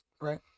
Right